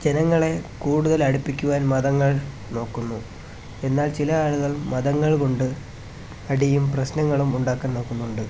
ജനങ്ങളെ കൂടുതല് അടുപ്പിക്കുവാന് മതങ്ങള് നോക്കുന്നു എന്നാല് ചില ആളുകള് മതങ്ങള് കൊണ്ട് അടിയും പ്രശ്നങ്ങളും ഉണ്ടാക്കാന് നോക്കുന്നുണ്ട്